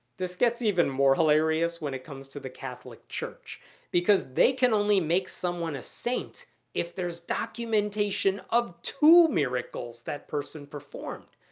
this gets even more hilarious when it comes to the catholic church because they can only make someone a saint if there's documentation of two miracles that person performed.